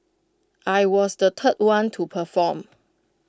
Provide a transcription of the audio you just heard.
I was the third one to perform